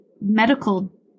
medical